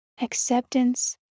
acceptance